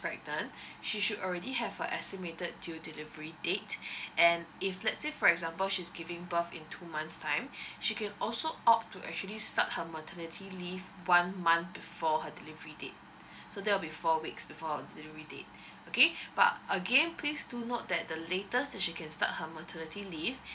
pregnant she should already have a estimated due delivery date and if let's say for example she's giving birth in two months time she can also opt to actually start her maternity leave one month before her delivery date so that will be four weeks before her delivery date okay but again please do note that the latest she can start her maternity leave